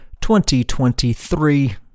2023